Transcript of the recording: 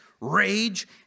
rage